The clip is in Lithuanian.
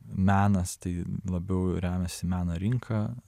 menas tai labiau remiasi į meno rinką